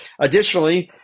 Additionally